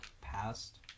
passed